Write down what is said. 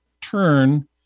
turn